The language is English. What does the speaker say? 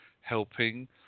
helping